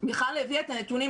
מיכל הביאה את הנתונים,